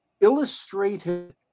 illustrated